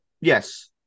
Yes